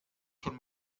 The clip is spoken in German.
schon